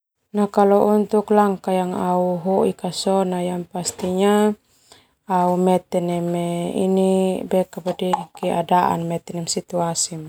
Nah kalau untuk langkah au hoik au mete neme keadaan.